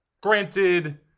Granted